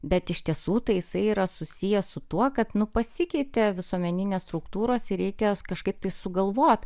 bet iš tiesų tai jisai yra susijęs su tuo kad nu pasikeitė visuomeninės struktūros ir reikia kažkaip tai sugalvot